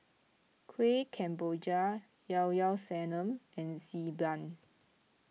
Kuih Kemboja Llao Llao Sanum and Xi Ban